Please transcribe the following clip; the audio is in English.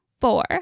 four